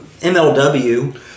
MLW